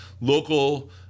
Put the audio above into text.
local